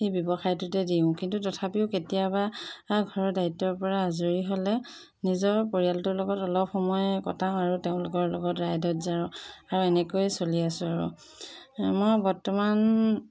এই ব্যৱসায়টোতে দিওঁ কিন্তু তথাপিও কেতিয়াবা ঘৰৰ দায়িত্বৰপৰা আজৰি হ'লে নিজৰ পৰিয়ালটোৰ লগত অলপ সময় কটাওঁ আৰু তেওঁলোকৰ লগত ৰাইডত যাওঁ আৰু এনেকৈ চলি আছোঁ আৰু মই বৰ্তমান